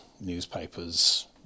newspapers